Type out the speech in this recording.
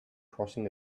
crossing